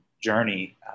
journey